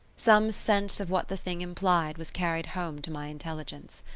some sense of what the thing implied was carried home to my intelligence.